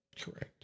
Correct